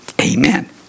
Amen